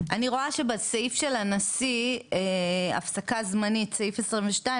אני רואה שבסעיף של הנשיא הפסקה זמנית סעיף 22,